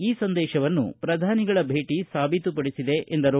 ಈ ಸಂದೇಶವನ್ನು ಪ್ರಧಾನಿಗಳ ಭೇಟಿ ಸಾಬೀತುಪಡಿಸಿದೆ ಎಂದರು